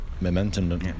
momentum